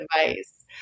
advice